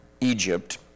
Egypt